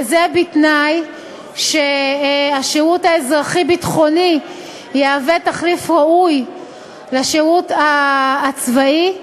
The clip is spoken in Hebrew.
וזה בתנאי שהשירות האזרחי-ביטחוני יהווה תחליף ראוי לשירות הצבאי.